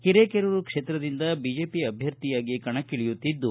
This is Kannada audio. ಹಿರೇಕೆರೂರು ಕ್ಷೇತ್ರದಿಂದ ಬಿಜೆಪಿ ಅಭ್ಯರ್ಥಿಯಾಗಿ ಕಣಕ್ಕಿಳಿಯುತ್ತಿದ್ದು